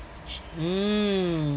mm